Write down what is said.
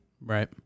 right